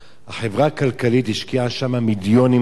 החברה הכלכלית השקיעה שמה מיליונים רבים.